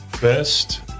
best